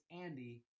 Andy